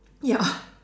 ya